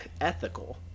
ethical